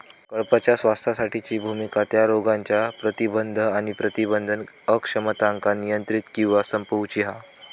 कळपाच्या स्वास्थ्यासाठीची भुमिका त्या रोगांच्या प्रतिबंध आणि प्रबंधन अक्षमतांका नियंत्रित किंवा संपवूची हा